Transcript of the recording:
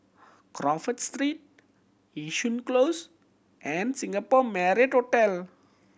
Crawford Street Yishun Close and Singapore Marriott Hotel